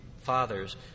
fathers